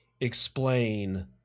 explain